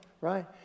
right